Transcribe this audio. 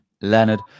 leonard